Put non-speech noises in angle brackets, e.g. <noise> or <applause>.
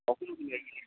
কখন <unintelligible>